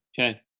Okay